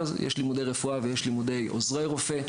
יש לימודי רפואה ויש לימודי עוזרי רופא.